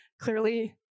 Clearly